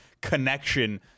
connection